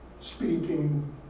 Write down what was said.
speaking